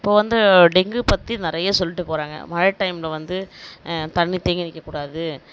இப்போது வந்து டெங்கு பற்றி நிறைய சொல்லிட்டுப் போகிறாங்க மழை டைமில் வந்து தண்ணீர் தேங்கி நிற்கக்கூடாது